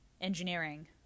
engineering